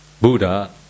Buddha